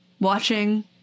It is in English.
watching